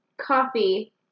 coffee